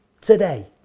today